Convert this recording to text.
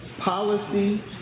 policy